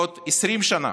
בעוד 20 שנה,